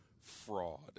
fraud